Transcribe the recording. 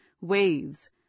waves